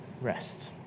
rest